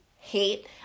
Hate